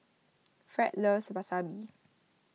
Fred loves Wasabi